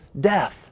death